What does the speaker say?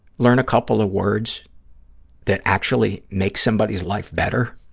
learn a couple of words that actually make somebody's life better?